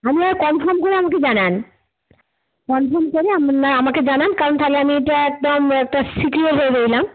আপনারা কনফার্ম করে আমাকে জানান কনফার্ম করে আপনারা আমাকে জানান কারণ তাহলে আমি ওইটা একদম একটা একটা সিকিওর হয়ে রইলাম